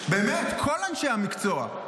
באמת, כל אנשי המקצוע,